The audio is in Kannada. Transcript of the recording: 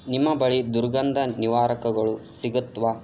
ನಿಮ್ಮ ಬಳಿ ದುರ್ಗಂಧ ನಿವಾರಕಗಳು ಸಿಗುತ್ವಾ